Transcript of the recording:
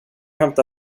hämta